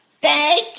Thank